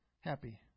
happy